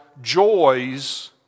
joys